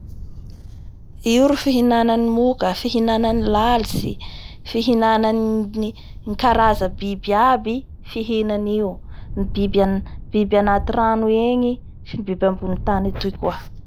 Io ro fihinanay moka fihinanay lalitsy, fihinanay ny karaza mibiby aby fihinany io, biby an- anty rano egny sy biby ambonin'ny tany atoy koa.